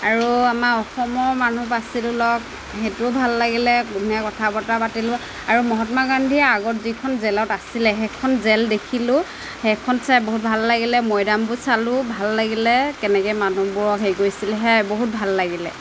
আৰু আমাৰ অসমৰ মানুহ পাইছিলোঁ লগ সেইটো ভাল লাগিলে ধুনীয়া কথা বতৰা পাতিলোঁ আৰু মহাত্মা গান্ধীয়ে আগত যিখন জেলত আছিলে সেইখন জেল দেখিলোঁ সেইখন চাই বহুত ভাল লাগিলে মৈদামবোৰ চালোঁ ভাল লাগিলে কেনেকৈ মানুহবোৰক হেৰি কৰিছিলে সেয়াই বহুত ভাল লাগিলে